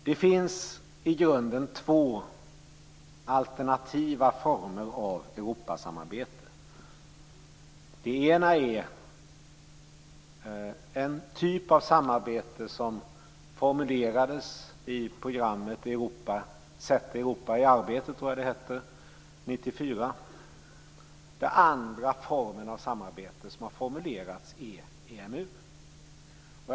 Det finns i grunden två alternativa former av Europasamarbete. Den ena formen är en typ av samarbete som formulerades i programmet, Sätt Europa i arbete tror jag att det hette, 1994. Den andra form av samarbete som har formulerats är EMU.